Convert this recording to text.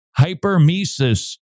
hypermesis